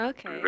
Okay